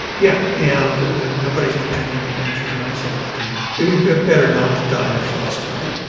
yeah and nobody is pretending that nature is nice all the time. it would be better not to die of frostbite,